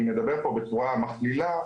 אני מדבר פה בצורה מכלילה,